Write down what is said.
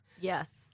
Yes